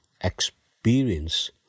experience